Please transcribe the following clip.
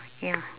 ya